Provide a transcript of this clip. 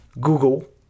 Google